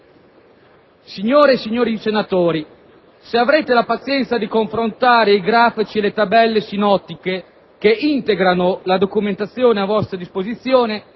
Signore e signori senatori, se avrete la pazienza di confrontare i grafici e le tabelle sinottiche che integrano la documentazione a vostra disposizione,